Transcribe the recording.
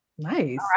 Nice